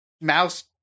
mouse